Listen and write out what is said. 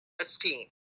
esteem